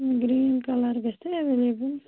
green colour گَژھیٛا available